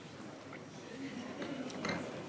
הדיבור לחברת הכנסת שלי יחימוביץ,